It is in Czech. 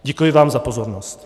Děkuji vám za pozornost.